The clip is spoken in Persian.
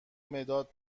مداد